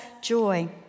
joy